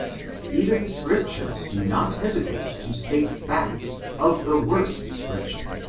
even the scriptures do not hesitate to state facts of the worst description,